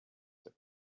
that